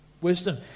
wisdom